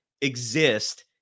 exist